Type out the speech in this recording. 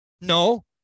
No